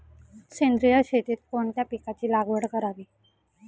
सेंद्रिय शेतीत कोणत्या पिकाची लागवड करावी?